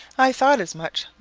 i thought as much,